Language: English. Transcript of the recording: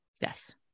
Yes